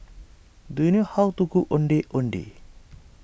do you know how to cook Ondeh Ondeh